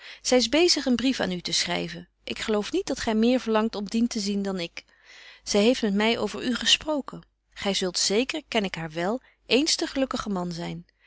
zy is bezig een brief aan u te schryven ik geloof niet dat gy meer verlangt om dien te zien dan ik zy heeft met my over u gesproken gy zult zeker ken ik haar wél eens de gelukkige man zyn